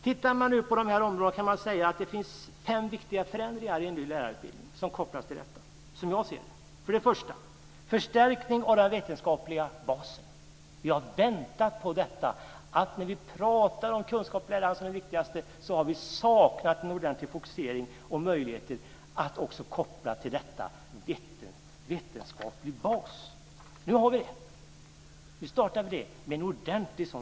Tittar man nu på de här områdena finns det, som jag ser det, finns fem viktiga förändringar i den nya lärarutbildningen som kopplas till detta. För det första handlar det om förstärkning av den vetenskapliga basen. Vi har väntat på detta. När vi har pratat om kunskap och lärande som det viktigaste har vi saknat en ordentlig fokusering på och möjligheter att koppla till detta med vetenskaplig bas. Nu har vi det. Nu ger vi detta en ordentlig start.